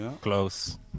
close